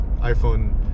iPhone